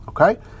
okay